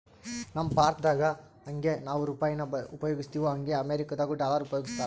ನಮ್ ಭಾರತ್ದಾಗ ಯಂಗೆ ನಾವು ರೂಪಾಯಿನ ಉಪಯೋಗಿಸ್ತಿವೋ ಹಂಗೆ ಅಮೇರಿಕುದಾಗ ಡಾಲರ್ ಉಪಯೋಗಿಸ್ತಾರ